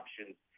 options